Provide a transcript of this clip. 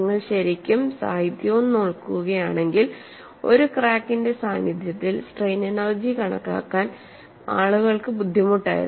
നിങ്ങൾ ശരിക്കും സാഹിത്യവും നോക്കുകയാണെങ്കിൽ ഒരു ക്രാക്കിന്റെ സാന്നിധ്യത്തിൽ സ്ട്രെയിൻ എനെർജി കണക്കാക്കാൻ ആളുകൾക്ക് ബുദ്ധിമുട്ടായിരുന്നു